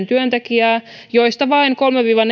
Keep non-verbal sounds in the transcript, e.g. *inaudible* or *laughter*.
*unintelligible* työntekijää joista vain kolmesataa viiva *unintelligible*